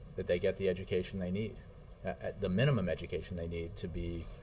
that they get the education they need the minimum education they need to be